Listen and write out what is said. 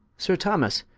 sir thomas,